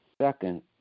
Second